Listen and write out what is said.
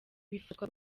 bifatwa